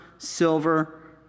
silver